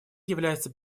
является